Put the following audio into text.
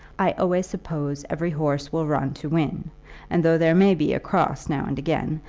i always suppose every horse will run to win and though there may be a cross now and again,